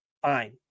fine